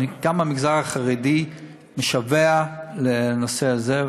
גם המגזר החרדי משווע לנושא הזה,